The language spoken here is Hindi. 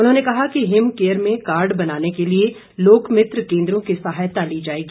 उन्होंने कहा कि हिम केयर में कार्ड बनाने के लिए लोक मित्र केन्द्रों की सहायता ली जाएगी